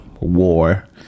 war